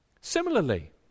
Similarly